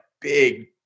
big